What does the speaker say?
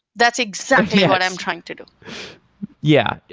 that's exactly what i'm trying to do yeah.